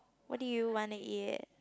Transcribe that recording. what do you wanna eat